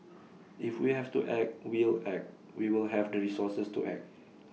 if we have to act we'll act we will have the resources to act